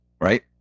right